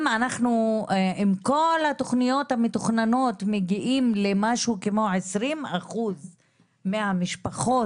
אם אנחנו עם כל התוכניות המתוכננות מגיעים למשהו כמו 20% מהמשפחות